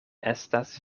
estas